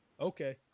Okay